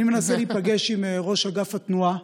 להיפגש עם ראש אגף התנועה.